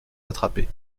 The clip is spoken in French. attraper